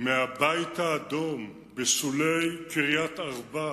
מהבית בשולי קריית-ארבע,